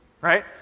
Right